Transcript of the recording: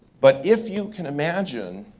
but if you can imagine,